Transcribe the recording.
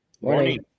Morning